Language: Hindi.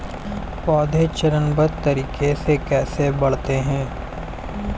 पौधे चरणबद्ध तरीके से कैसे बढ़ते हैं?